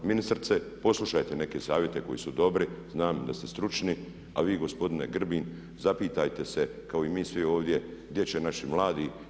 Ministrice poslušajte neke savjete koji su dobri, znam da ste stručni, a vi gospodine Grbin zapitajte se kao i mi svi ovdje gdje će naši mladi.